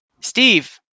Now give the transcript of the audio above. Steve